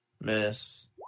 Miss